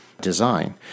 design